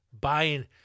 buying